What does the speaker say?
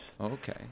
Okay